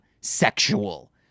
sexual